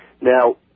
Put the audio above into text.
Now